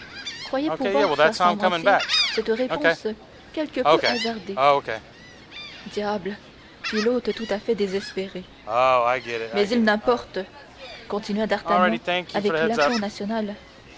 croyait pouvoir faire sans mentir cette réponse quelque peu hasardée diable fit l'hôte tout à fait désespéré mais il n'importe continua d'artagnan avec l'aplomb